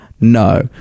No